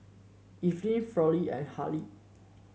Irvine Fronnie and Hali